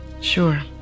Sure